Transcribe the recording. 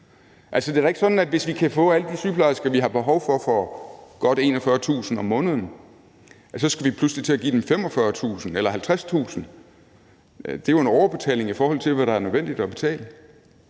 det er da ikke sådan, at hvis vi kan få alle de sygeplejersker, vi har behov for, for godt 41.000 kr. om måneden, skal vi lige pludselig til at give dem 45.000 kr. eller 50.000 kr. Det er jo en overbetaling i forhold til, hvad der er nødvendigt at betale.